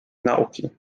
nauki